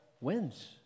wins